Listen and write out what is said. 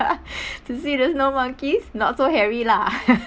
to see the snow monkeys not so hairy lah